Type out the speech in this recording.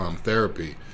therapy